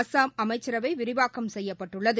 அஸ்ஸாம் அமைச்சரவை விரிவாக்கம் செய்யப்பட்டுள்ளது